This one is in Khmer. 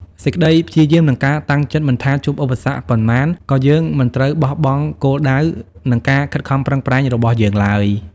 សេចក្តីព្យាយាម និងការតាំងចិត្ត មិនថាជួបឧបសគ្គប៉ុន្មាន ក៏យើងមិនត្រូវបោះបង់គោលដៅ និងការខិតខំប្រឹងប្រែងរបស់យើងឡើយ។